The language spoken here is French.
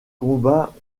combats